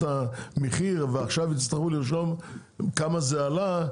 המחיר ועכשיו הם יצטרכו לרשום כמה זה עלה,